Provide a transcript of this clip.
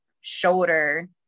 shoulder